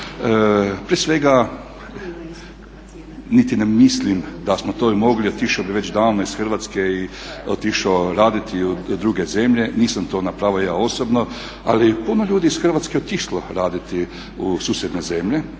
prije svega niti ne mislim da smo tomogli, otišao bi već davno iz Hrvatske i otišao raditi u druge zemlje, nisam to napravio ja osobno, ali puno ljudi iz Hrvatske je otišlo raditi u susjedne zemlje